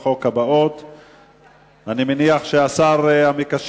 בעד, 34, נגד, 13. אני קובע שהצעת חוק הביטוח